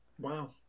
Wow